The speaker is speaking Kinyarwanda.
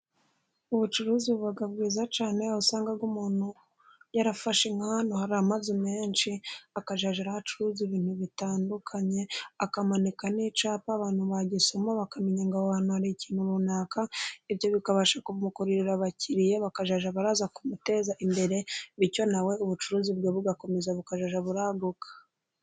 Ubucuruzi buba bwiza cyane aho usanga umuntu yarafashe nka hantu hari amazu menshi akajya ahacuruza ibintu bitandukanye. Akamanika n'icyapa abantu bagisoma bakamenya ngo aho hantu hari ikintu runaka, ibyo bikabasha kumukururira abakiriya bakajya baraza kumuteza imbere, bityo nawe ubucuruzi bwe bugakomeza bukajya buraguka.